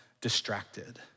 distracted